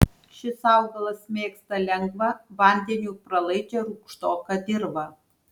šis augalas mėgsta lengvą vandeniui pralaidžią rūgštoką dirvą